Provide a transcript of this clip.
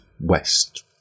west